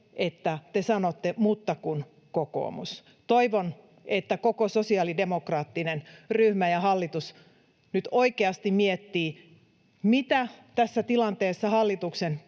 että te sanotte ”mutta kun kokoomus”. Toivon, että koko sosiaalidemokraattinen ryhmä ja hallitus nyt oikeasti miettivät, mitä tässä tilanteessa hallituksen